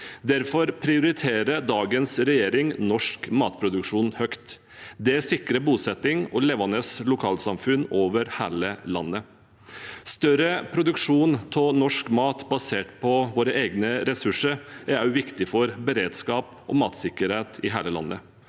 Derfor prioriterer dagens regjering norsk matproduksjon høyt. Det sikrer bosetting og levende lokalsamfunn over hele landet. Større produksjon av norsk mat basert på våre egne ressurser er også viktig for beredskap og matsikkerhet i hele landet,